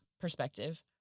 perspective